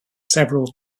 several